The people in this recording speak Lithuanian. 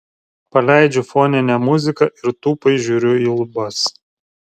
paleidžiu foninę muziką ir tūpai žiūriu į lubas